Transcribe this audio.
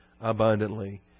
abundantly